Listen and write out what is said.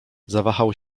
zawahał